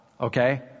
Okay